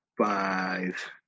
Five